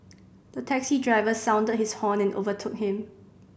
the taxi driver sounded his horn and overtook him